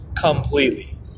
completely